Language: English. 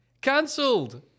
cancelled